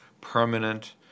permanent